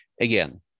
again